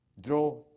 draw